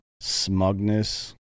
smugness